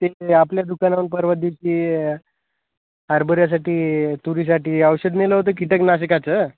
ते आपल्या दुकानातून परवा दिवशी हरभऱ्यासाठी तुरीसाठी औषध नेलं होतं कीटक नाशकाचं